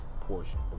portion